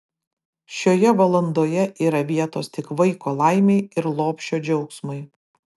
šioje valandoje yra vietos tik vaiko laimei ir lopšio džiaugsmui